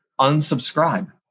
unsubscribe